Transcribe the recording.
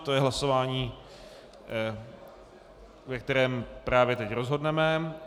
To je hlasování, ve kterém právě teď rozhodneme.